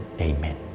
Amen